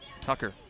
Tucker